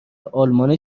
آلمان